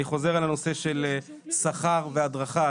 אני חוזר על הנושא של שכר והדרכה,